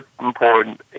important